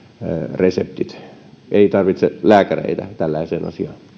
reseptit ei tarvitse lääkäreitä tällaiseen asiaan